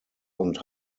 und